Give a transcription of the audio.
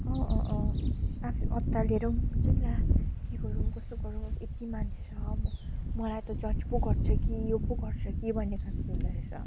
अँ अँ अँ आफै अत्तालिएर हुन्छ नि ला के गरूँ कसो गरूँ अब यति मान्छे छ म मलाई त जज पो गर्छ कि यो पो गर्छ कि भन्ने खालको हुँदो रहेछ